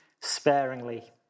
sparingly